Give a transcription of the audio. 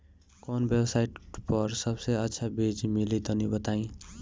कवन वेबसाइट पर सबसे अच्छा बीज मिली तनि बताई?